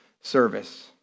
service